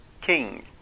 King